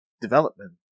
development